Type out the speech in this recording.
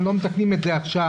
לא מתקנים את זה עכשיו,